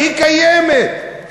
היא קיימת.